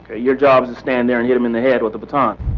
your job is to stand there and hit him in the head with a baton.